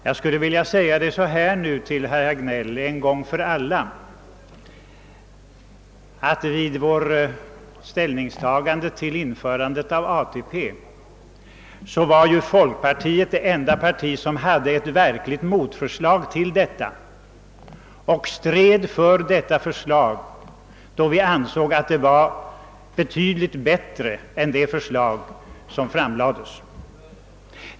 Jag skulle en gång för alla vilja säga herr Hagnell, att folkpartiet vid avgörandet om införande av ATP var det enda parti som hade ett verkligt motförslag, och folkpartiet stred för detta, eftersom det ansåg det vara betydligt bättre än Övriga framlagda förslag.